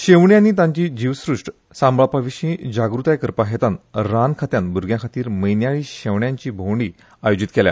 शेवणी आनी तांची जीवसृश्ट सांबाळपाविशी जागृताय करपा हेतान रान खात्यान भुरग्याखातीर म्हयन्याळी शेवण्यांची भोवंडी आयोजित केल्या